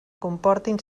comportin